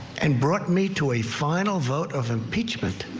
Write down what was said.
and brought me to a final vote of impeachment.